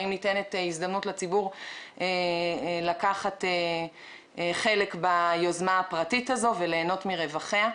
האם ניתנת לציבור הזדמנות לקחת חלק ביוזמה הפרטית הזאת וליהנות מרווחיה?